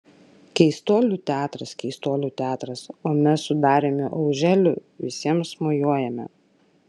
keistuolių teatras keistuolių teatras o mes su dariumi auželiu visiems mojuojame